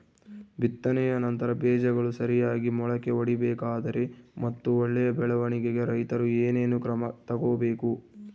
ಬಿತ್ತನೆಯ ನಂತರ ಬೇಜಗಳು ಸರಿಯಾಗಿ ಮೊಳಕೆ ಒಡಿಬೇಕಾದರೆ ಮತ್ತು ಒಳ್ಳೆಯ ಬೆಳವಣಿಗೆಗೆ ರೈತರು ಏನೇನು ಕ್ರಮ ತಗೋಬೇಕು?